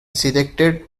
selected